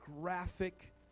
graphic